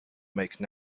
make